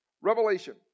Revelation